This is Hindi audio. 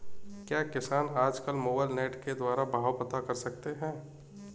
क्या किसान आज कल मोबाइल नेट के द्वारा भाव पता कर सकते हैं?